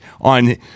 on